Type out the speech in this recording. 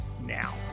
now